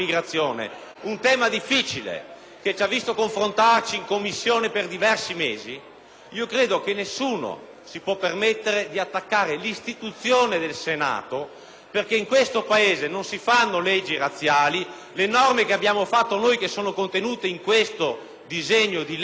possa permettersi di attaccare l'istituzione Senato, perché in questo Paese non si fanno leggi razziali. Le norme che abbiamo emanato e che sono contenute in quel disegno di legge sono norme già applicate nella stragrande maggioranza dei Paesi europei.